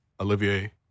Olivier